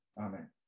amen